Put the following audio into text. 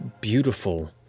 beautiful